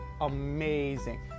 amazing